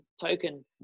token